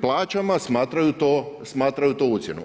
plaćama smatraju to ucjenom.